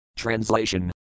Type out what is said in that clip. Translation